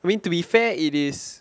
I mean to be fair it is